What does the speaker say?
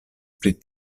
pri